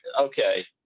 okay